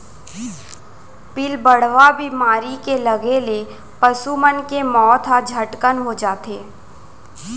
पिलबढ़वा बेमारी के लगे ले पसु मन के मौत ह झटकन हो जाथे